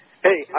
Hey